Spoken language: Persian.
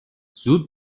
زود